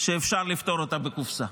שאפשר לפתור אותה בקופסה.